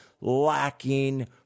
lacking